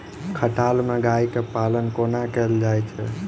खटाल मे गाय केँ पालन कोना कैल जाय छै?